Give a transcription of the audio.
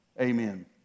Amen